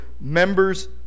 members